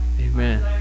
Amen